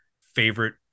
favorite